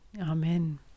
Amen